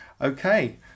Okay